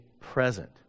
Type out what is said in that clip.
present